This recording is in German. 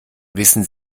wissen